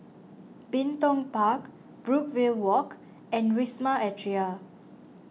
Bin Tong Park Brookvale Walk and Wisma Atria